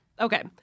okay